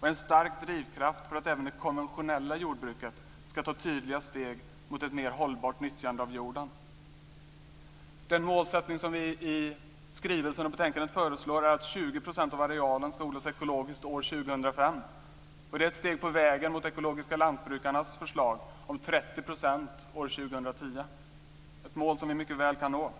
och är en stark drivkraft för att även det konventionella jordbruket ska ta tydliga steg mot ett mer hållbart nyttjande av jorden. Den målsättning som föreslås i skrivelsen och i betänkandet är att 20 % av arealen ska odlas ekologiskt år 2005. Det är ett steg på vägen mot ekologiska lantbrukarnas förslag om 30 % år 2010. Det är ett mål som vi mycket väl kan nå.